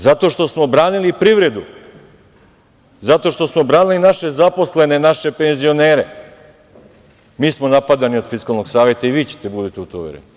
Zato što smo branili privredu, zato što smo branili naše zaposlene, naše penzionere, mi smo napadani od Fiskalnog saveta, i vi ćete, budite u to uvereni.